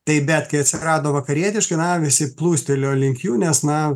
taip bet kai atsirado vakarietiški na visi plūstelėjo link jų nes na